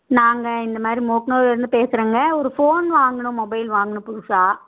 நாங்கள் இந்த மாரி மூக்கனூர்லருந்து பேசுறேங்க ஒரு ஃபோன் வாங்கணும் மொபைல் வாங்கணும் புதுசாக